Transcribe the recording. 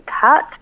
cut